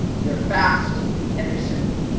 they're fast and they're simple.